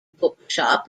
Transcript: bookshop